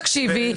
תקשיבי,